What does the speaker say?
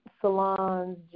salons